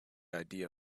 idea